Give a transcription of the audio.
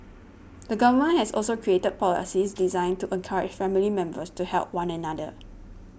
the government has also created policies designed to encourage family members to help one another